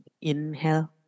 Inhale